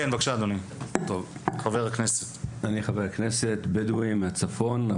אני חבר כנסת בדואי מהצפון,